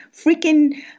freaking